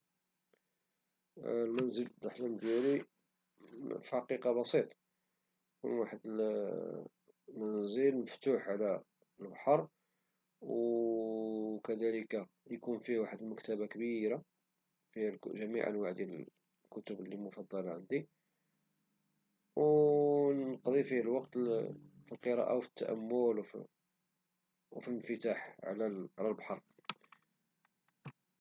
المنزل ديال الأحلام ديالي في الحقيقة بسيط ، هو واحد المنزل مفتوح على البحر وكذلك يكون فيه واحد المكتبة كبيرة فيها جميع الكتب لي مفضلة عندي ونقضي فيه الوقت في القراءة والتأمل وفي الانفتاح على البحر